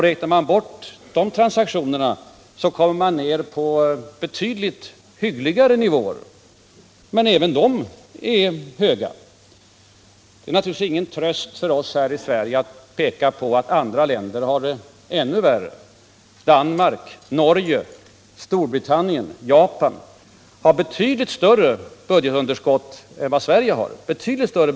Räknar man bort de transaktionerna, kommer man ned på betydligt hyggligare nivåer. Men även de är höga. Det är naturligtvis ingen tröst för oss här i Sverige att peka på att andra länder har det ännu värre. Danmark, Norge, Storbritannien och Japan har betydligt större budgetunderskott än Sverige.